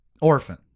Orphan